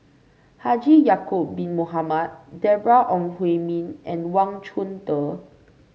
Haji Ya'acob Bin Mohamed Deborah Ong Hui Min and Wang Chunde